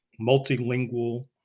multilingual